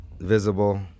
visible